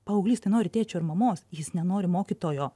paauglystė nori tėčio ir mamos jis nenori mokytojo